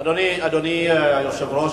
אדוני היושב-ראש,